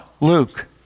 Luke